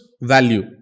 value